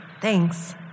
Thanks